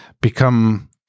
become